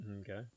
Okay